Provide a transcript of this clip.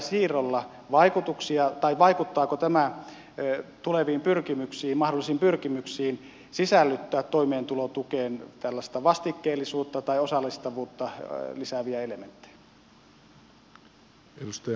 miten te näette vaikuttaako tämä tuleviin pyrkimyksiin mahdollisiin pyrkimyksiin sisällyttää toimeentulotukeen tällaista vastikkeellisuutta tai osallistavuutta lisääviä elementtejä